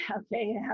okay